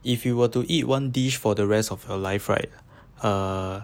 if you were to eat one dish for the rest of your life right uh